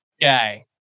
guy